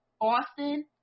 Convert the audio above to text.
Austin